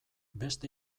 beste